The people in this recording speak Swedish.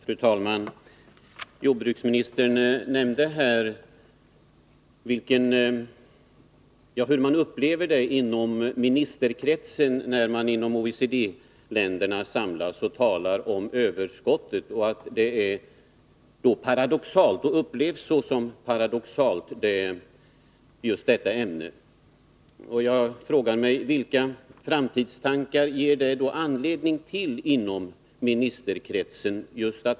Fru talman! Jordbruksministern nämnde den paradox som man upplever när man inom ministerkretsen i OECD-länderna samlas och talar om livsmedelsöverskottet. Jag frågar mig: Vilka framtida tankar ger det anledning till inom ministerkretsen?